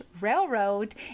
railroad